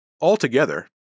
Altogether